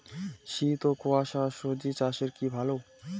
শীত ও কুয়াশা স্বজি চাষে কি ভালো?